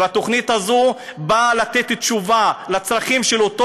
והתוכנית הזאת באה לתת תשובה לצרכים של אותו